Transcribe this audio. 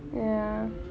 ya